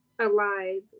alive